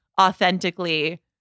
authentically